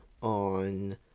on